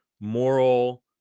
moral